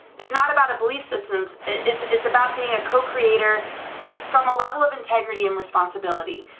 it's not about a belief systems, it's it's about being a co-creator from a level of integrity and responsibility,